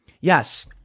Yes